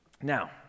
Now